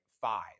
five